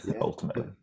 ultimately